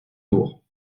lourd